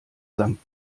sankt